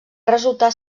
resultar